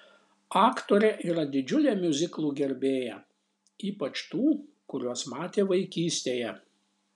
aktorė yra didžiulė miuziklų gerbėja ypač tų kuriuos matė vaikystėje